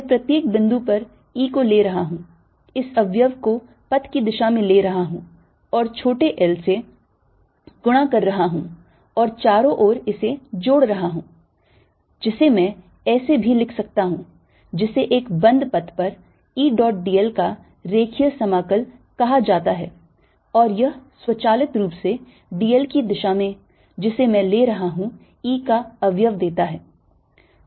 मैं प्रत्येक बिंदु पर E को ले रहा हूं इस अवयव को पथ की दिशा में ले रहा हूं और छोटे delta l से गुणा कर रहा हूं और चारों ओर इसे जोड रहा हूं जिसे मैं ऐसे भी लिख सकता हूं जिसे एक बंद पथ पर E dot d l का रेखीय समाकल कहा जाता है और यह स्वचालित रूप से d l की दिशा में जिसे मैं ले रहा हूं E का अवयव देता है